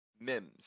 Mims